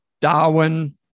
Darwin